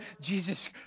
Jesus